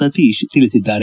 ಸತೀಶ್ ತಿಳಿಸಿದ್ದಾರೆ